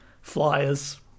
flyers